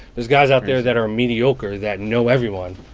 there's guys out there that are mediocre that know everyone.